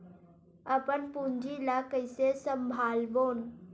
अपन पूंजी ला कइसे संभालबोन?